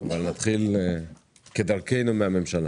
נתחיל כדרכנו עם הממשלה.